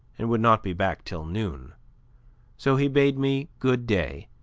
and would not be back till noon so he bade me good day,